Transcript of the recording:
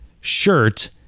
shirt